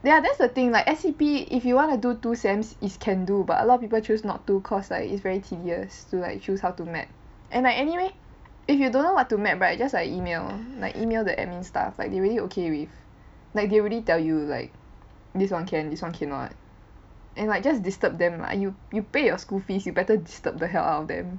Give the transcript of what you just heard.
ya that's the thing like S_E_P if you wanna do two sems is can do but a lot of people choose not to cause like it's very tedious to like choose how to map and like anyway if you don't know what to map right just like email like email the admin staff like they really okay with like they will really tell you like this one can this one cannot and like just disturb them lah you you pay your school fees you better disturb the hell out of them